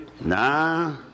Nah